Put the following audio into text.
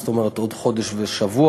זאת אומרת עוד חודש ושבוע.